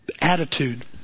attitude